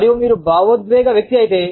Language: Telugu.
మరియు మీరు భావోద్వేగ వ్యక్తి అయితే